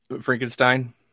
Frankenstein